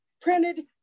printed